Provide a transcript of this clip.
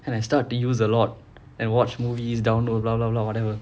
and I start to use a lot and watch movies download whatever